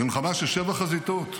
במלחמה של שבע חזיתות.